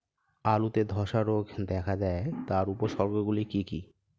আলুতে ধ্বসা রোগ দেখা দেয় তার উপসর্গগুলি কি কি?